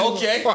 Okay